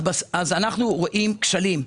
אנחנו רואים כשלים.